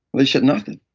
they said nothing.